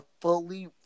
fully